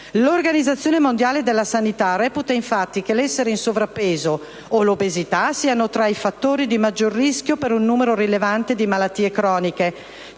L'Organizzazione mondiale della sanità reputa infatti che il sovrappeso e l'obesità siano tra i fattori di maggior rischio per un numero rilevante di malattie croniche,